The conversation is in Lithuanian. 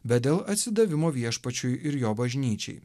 bet dėl atsidavimo viešpačiui ir jo bažnyčiai